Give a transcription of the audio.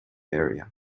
area